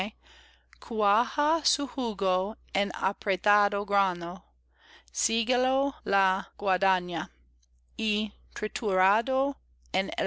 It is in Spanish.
cuaja su jugo en apretado grano siégalo la guadaña y